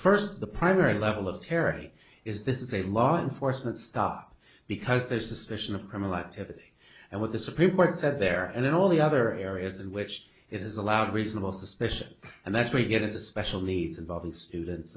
first the primary level of terry is this is a law enforcement stop because there's suspicion of criminal activity and what the supreme court said there and then all the other areas in which it is allowed reasonable suspicion and that's what you get as a special needs involving students